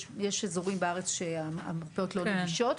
יש אזורים בארץ שהמרפאות לא נגישות.